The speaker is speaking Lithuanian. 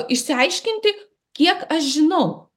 išsiaiškinti kiek aš žinau